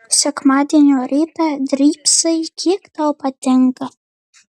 sekmadienio rytą drybsai kiek tau patinka